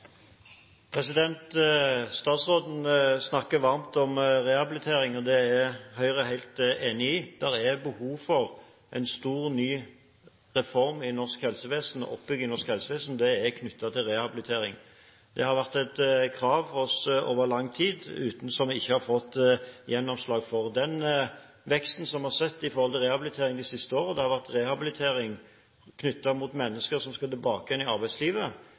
Statsråden snakker varmt om rehabilitering, og det er Høyre helt enig i. Det er behov for en stor, ny reform i norsk helsevesen og oppbygging av norsk helsevesen, og det er knyttet til rehabilitering. Det har vært et krav fra oss over lang tid uten at vi har fått gjennomslag for det. Den veksten vi har sett med hensyn til rehabilitering de siste årene, har vært rehabilitering for mennesker som skal tilbake til arbeidslivet,